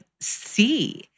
see